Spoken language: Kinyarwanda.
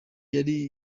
yari